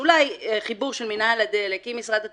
אולי בחיבור של מינהל הדלק עם משרד התחבורה.